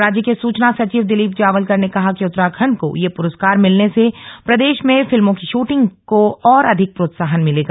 राज्य के सूचना सचिव दिलीप जावलकर ने कहा कि उत्तराखण्ड को यह पुरस्कार मिलने से प्रदेश में फिल्मों की शूटिंग को और अधिक प्रोत्साहन मिलेगा